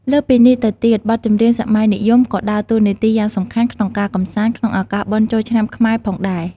លើសពីនេះទៅទៀត បទចម្រៀងសម័យនិយម ក៏ដើរតួនាទីយ៉ាងសំខាន់ក្នុងការកម្សាន្តក្នុងឱកាសបុណ្យចូលឆ្នាំខ្មែរផងដែរ។